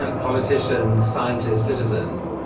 and politicians, scientists, citizens.